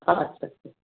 ᱟᱪᱪᱷᱟ ᱟᱪᱪᱷᱟ